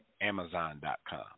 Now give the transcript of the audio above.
amazon.com